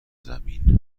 زمین